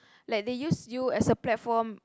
like they use you as a platform